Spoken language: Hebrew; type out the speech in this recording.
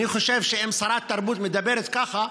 אני חושב שאם שרת תרבות מדברת ככה,